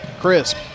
Crisp